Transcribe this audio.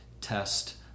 test